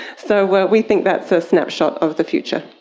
so but we think that's a snapshot of the future.